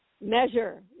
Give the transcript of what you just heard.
measure